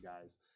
guys